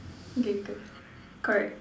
okay cor~ correct